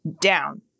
down